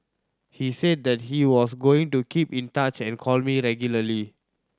he said that he was going to keep in touch and call me regularly